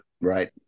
Right